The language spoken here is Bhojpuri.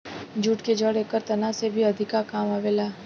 जूट के जड़ एकर तना से भी अधिका काम आवेला